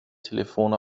telefon